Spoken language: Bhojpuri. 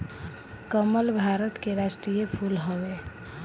कमल भारत के राष्ट्रीय फूल हवे